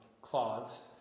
cloths